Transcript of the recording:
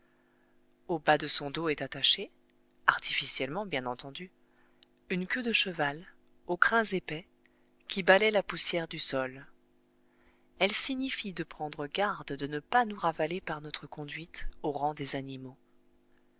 au bas de son dos est attachée artificiellement bien entendu une queue de cheval aux crins épais qui balaie la poussière du sol elle signifie de prendre garde de ne pas nous ravaler par notre conduite au rang des animaux